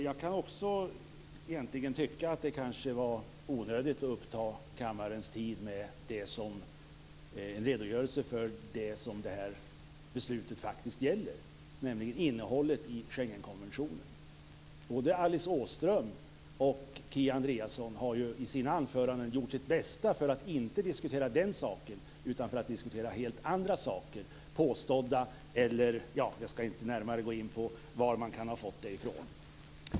Fru talman! Också jag kan tycka att det kanske egentligen var onödigt att uppta kammarens tid med en redogörelse för vad detta beslut faktiskt gäller, nämligen innehållet i Schengenkonventionen. Både Alice Åström och Kia Andreasson har ju i sina anföranden gjort sitt bästa för att inte diskutera den saken. De har i stället försökt diskutera helt andra, påstådda saker. Jag skall inte närmare gå in på var de har fått dem ifrån.